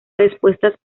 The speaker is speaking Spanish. respuestas